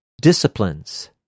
disciplines